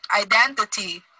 identity